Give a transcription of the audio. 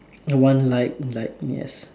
a one like like yes